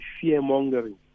fear-mongering